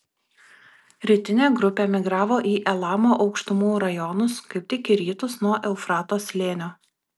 rytinė grupė migravo į elamo aukštumų rajonus kaip tik į rytus nuo eufrato slėnio